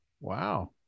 Wow